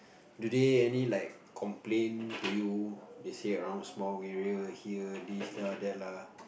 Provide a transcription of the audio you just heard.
do they any like complain to you they say around small area here this lah that lah